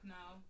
now